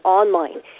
online